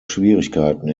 schwierigkeiten